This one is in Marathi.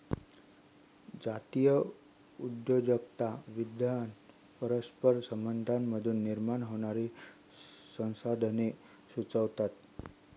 जातीय उद्योजकता विद्वान परस्पर संबंधांमधून निर्माण होणारी संसाधने सुचवतात